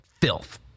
filth